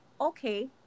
Okay